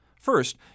First